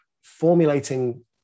Formulating